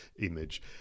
image